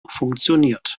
funktioniert